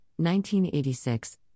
1986